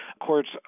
courts